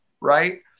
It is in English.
right